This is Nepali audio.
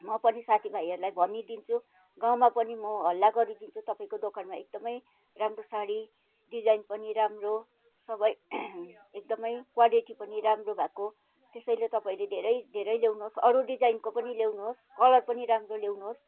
म पनि साथी भाइहरूलाई भनिदिन्छु गाउँमा पनि म हल्ला गरिदिन्छु तपाईँको दोकानमा एकदमै राम्रो साडी डिजाइन पनि राम्रो सबै एकदमै क्वालिटी पनि राम्रो भएको त्यसैले तपाईँले धेरै धेरै ल्याउनोस् अरू डिजाइनको पनि ल्याउनुहोस् कलर पनि राम्रो ल्याउनुहोस्